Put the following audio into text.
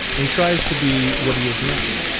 and tries to be what he is not.